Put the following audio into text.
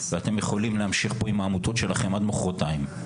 ואתם יכולים להמשיך פה עם העמותות שלכם עד מחרתיים,